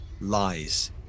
lies